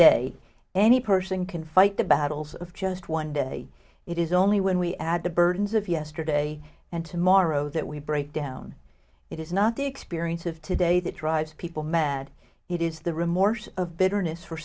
today any person can fight the battles of just one day it is only when we add the burdens of yesterday and tomorrow that we break down it is not the experience of today that drives people mad it is the remorse of bitterness for